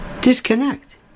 Disconnect